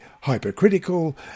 hypercritical